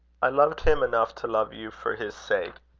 i loved him enough to love you for his sake.